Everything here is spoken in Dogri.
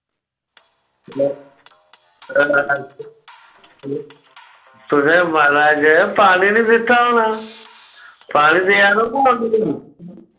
तुसे महाराज पानी नेई दित्ता होना पानी देआ रो हा उनेंगी